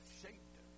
shaped